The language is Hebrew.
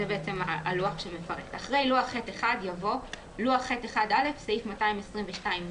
לפנינו הלוח שמפרט זאת: "(2)אחרי לוח ח'1 יבוא: "לוח ח'1א (סעיף 222ד)